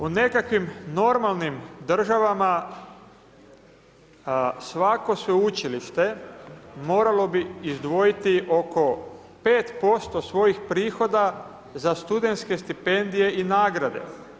U nekakvim normalnim državama, svako sveučilište moralo bi izdvojiti oko 5% svojih prihoda za studentske stipendije i nagrade.